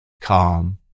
calm